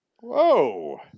Whoa